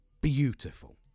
beautiful